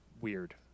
weird